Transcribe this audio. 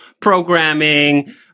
programming